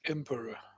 Emperor